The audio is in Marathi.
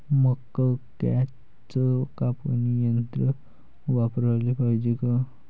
मक्क्याचं कापनी यंत्र वापराले पायजे का?